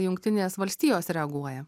jungtinės valstijos reaguoja